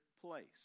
place